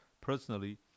personally